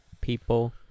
people